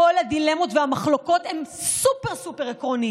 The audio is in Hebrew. כל הדילמות והמחלוקות הן סופר-סופר-עקרוניות,